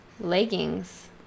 Leggings